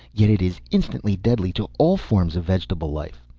yet it is instantly deadly to all forms of vegetable life.